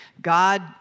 God